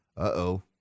Uh-oh